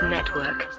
Network